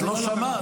את לא שמעת.